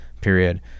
period